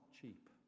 cheap